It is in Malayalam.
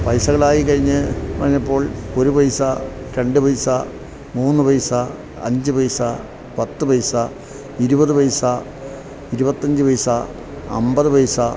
പൈസകളായി കഴിഞ്ഞപ്പോൾ ഒരു പൈസ രണ്ടു പൈസ മൂന്നു പൈസ അഞ്ചു പൈസ പത്തു പൈസ ഇരുപതു പൈസ ഇരുപത്തിയഞ്ചു പൈസ അമ്പതു പൈസ